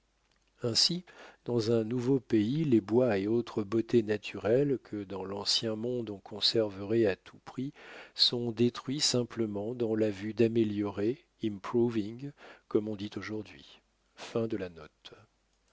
ainsi dans un nouveau pays les bois et autres beautés naturelles que dans l'ancien monde on conserverait à tout prix sont détruits simplement dans la vue d'améliorer improving comme on dit